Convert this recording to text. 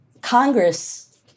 Congress